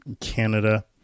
Canada